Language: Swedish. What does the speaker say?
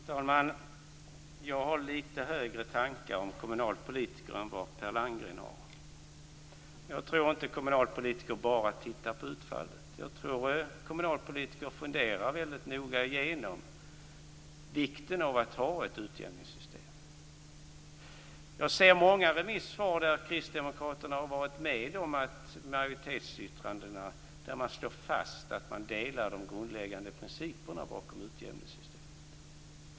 Fru talman! Jag har lite högre tankar om kommunalpolitiker än vad Per Landgren har. Jag tror inte att kommunalpolitiker bara tittar på utfallet. Jag tror att kommunalpolitiker väldigt noga funderar igenom vikten av att ha ett utjämningssystem. Jag ser många remissvar där Kristdemokraterna har varit med om majoritetsyttrandena där man slår fast att man delar de grundläggande principerna bakom utjämningssystemet.